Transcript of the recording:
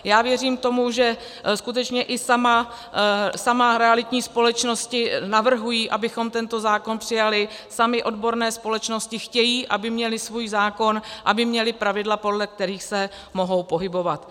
Já věřím tomu, že skutečně i samy realitní společnosti navrhují, abychom tento zákon přijali, samy odborné společnosti chtějí, aby měly svůj zákon, aby měly pravidla, podle kterých se mohou pohybovat.